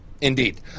Indeed